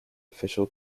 official